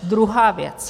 Druhá věc.